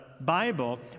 Bible